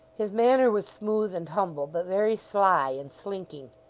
his manner was smooth and humble, but very sly and slinking.